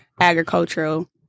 agricultural